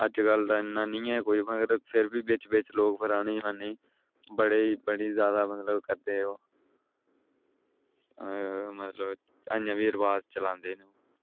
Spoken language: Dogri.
अज्जकल इन्ना ते निं ऐ कोई पर फिर बी बिच बिच लोक पराने जमानै ई बड़े बड़ी जादा मतलब करदे हे ओह् मतलब ऐहीं बी रवाज़ चलांदे न